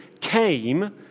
came